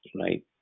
right